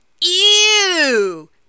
Ew